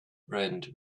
went